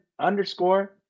underscore